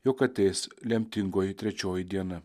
jog ateis lemtingoji trečioji diena